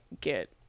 get